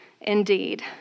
indeed